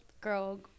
girl